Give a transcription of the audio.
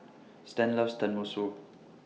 Stan loves Tenmusu